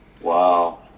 Wow